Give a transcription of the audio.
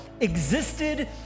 existed